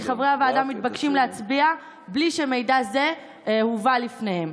כי חברי הוועדה מתבקשים להצביע בלי שמידע זה הובא לפניהם.